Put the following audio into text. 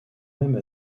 même